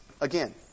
again